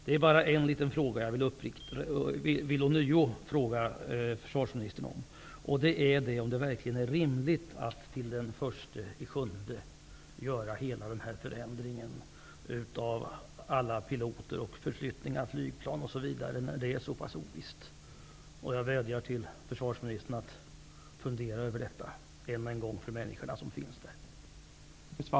Det är bara en liten fråga som jag ånyo vill ställa till försvarsministern: Är det verkligen rimligt, när det är så pass ovisst, att genomföra hela denna förändring -- förflyttning av flygplan och piloter osv. -- till den 1 juli? Jag vädjar till försvarsministern att än en gång fundera över detta.